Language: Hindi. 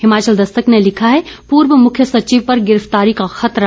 हिमाचल दस्तक ने लिखा है पूर्व मुख्य सचिव पर गिरफतारी का खतरा